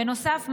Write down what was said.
בנוסף,